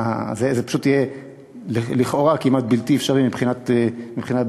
זה פשוט יהיה לכאורה כמעט בלתי אפשרי מבחינה בין-לאומית.